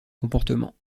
comportement